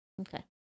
Okay